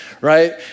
right